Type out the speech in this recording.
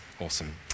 Awesome